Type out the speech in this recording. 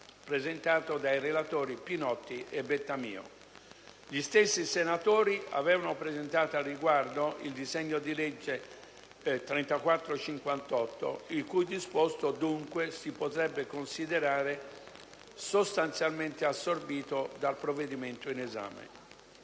all'intervento in Siria. Gli stessi senatori avevano presentato al riguardo il disegno di legge n. 3458, il cui disposto dunque si potrebbe considerare sostanzialmente assorbito dal provvedimento in esame.